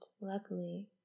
luckily